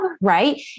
right